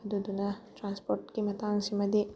ꯑꯗꯨꯗꯨꯅ ꯇ꯭ꯔꯥꯟꯁꯄꯣꯔꯠꯀꯤ ꯃꯇꯥꯡꯁꯤꯃꯗꯤ